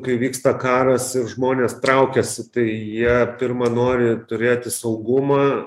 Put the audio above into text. kai vyksta karas ir žmonės traukiasi tai jie pirma nori turėti saugumą